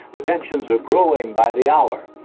the tensions are growing by the hour.